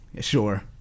Sure